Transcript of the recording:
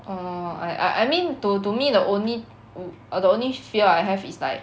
err I I I mean to to me the only the only fear I have is like